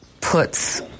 puts